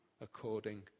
according